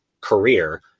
career